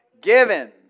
Given